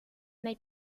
nei